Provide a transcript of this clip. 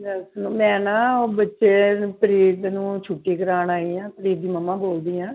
ਦਰਅਸਲ ਮੈਂ ਨਾ ਉਹ ਬੱਚੇ ਪ੍ਰੀਤ ਨੂੰ ਛੁੱਟੀ ਕਰਵਾਉਣ ਆਈ ਹਾਂ ਪ੍ਰੀਤ ਦੀ ਮੰਮਾ ਬੋਲਦੀ ਹਾਂ